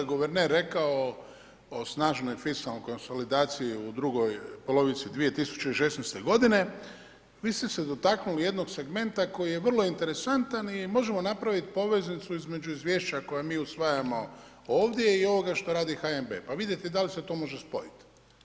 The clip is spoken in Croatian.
guverner rekao o snažnoj fiskalnoj konsolidaciji u drugoj polovici 2016. godine vi ste se dotaknuli jednog segmenta koji je vrlo interesantan i možemo napraviti poveznicu između izvješća koja mi usvajamo ovdje i ovoga što radi HNB pa vidjeti da li se to može spojiti.